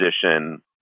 position